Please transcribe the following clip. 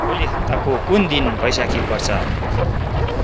ओली हप्ताको कुन दिन बैसाखी पर्छ